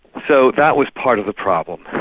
so that was part of the problem,